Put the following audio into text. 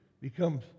becomes